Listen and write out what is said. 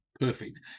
Perfect